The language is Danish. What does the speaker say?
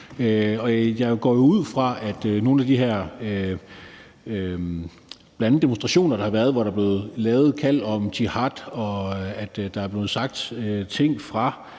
Jeg går jo ud fra, at bl.a. nogle af de her demonstrationer, der har været, hvor der er blevet lavet kald om jihad, og hvor der er blevet sagt ting om